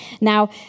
Now